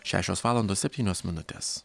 šešios valandos septynios minutės